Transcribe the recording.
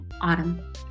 Autumn